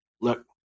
look